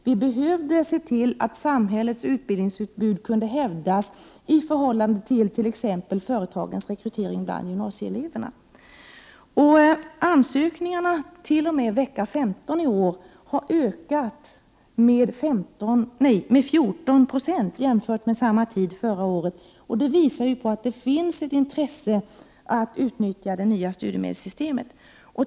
Vi behövde se till att samhällets utbildningsutbud kunde hävdas i förhållande exempelvis till företagens rekrytering bland gymnasieelever. Antalet ansökningar t.o.m. vecka 15 i år har ökat med 14 96 jämfört med samma tid förra året. Det visar att det finns ett intresse för att utnyttja det nya studiemedelssystemet.